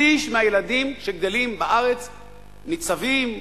שליש מהילדים שגדלים בארץ ניצבים,